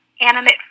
animate